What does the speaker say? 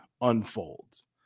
unfolds